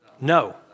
No